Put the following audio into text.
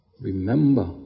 remember